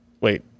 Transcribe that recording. wait